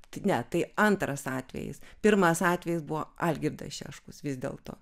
ne tai antras atvejis pirmas atvejis buvo algirdas šeškus vis dėlto